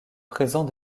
présent